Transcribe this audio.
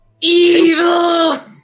Evil